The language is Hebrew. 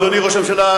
אדוני ראש הממשלה,